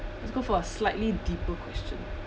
let's go for a slightly deeper question